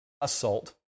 Assault